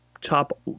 top